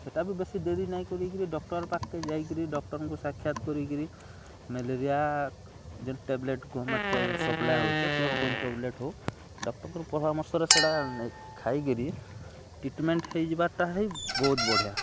ସେଟା ବି ବେଶୀ ଡ଼େରି ନାଇଁ କରିକିରି ଡକ୍ଟର୍ ପାଖ୍କେ ଯାଇକିରି ଡକ୍ଟର୍ଙ୍କୁ ସାକ୍ଷାାତ୍ କରିକିରି ମ୍ୟାଲେରିଆ ଯେନ୍ ଟେବ୍ଲେଟ୍ ଗଭ୍ମେଣ୍ଟ୍ ତ ସପ୍ଲାଏ ହଉଚେ କ୍ଲୋରୋକ୍ୱିନ୍ ଟେବ୍ଲେଟ୍ ହେଉ ଡକ୍ଟର୍ଙ୍କର ପରାମର୍ଶରେ ସେଟା ଖାଇକିରି ଟ୍ରିଟ୍ମେଣ୍ଟ୍ ହେଇଯିବାର୍ଟା ହିଁ ବହୁତ୍ ବଢ଼ିଆ